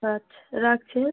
আচ্ছা রাখছি হ্যাঁ